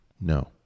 No